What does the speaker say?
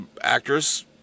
actress